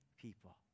people